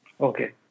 Okay